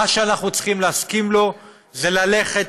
מה שאנחנו צריכים להסכים לו זה ללכת